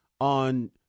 on